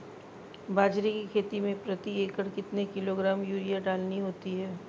बाजरे की खेती में प्रति एकड़ कितने किलोग्राम यूरिया डालनी होती है?